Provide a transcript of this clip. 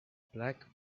black